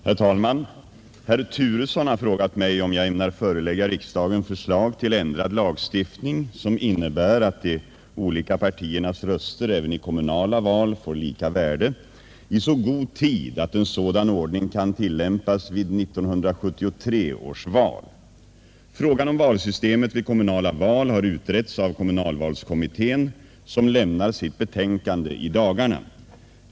Herr talman! Herr Turesson har frågat mig om jag ämnar förelägga riksdagen förslag till ändrad lagstiftning, som innebär att de olika partiernas röster även i kommunala val får lika värde, i så god tid att en sådan ordning kan tillämpas vid 1973 års val. Frågan om valsystemet vid kommunala val har utretts av kommunalvalskommittén, som lämnar sitt betänkande i dagarna.